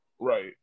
right